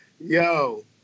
Yo